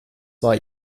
war